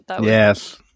Yes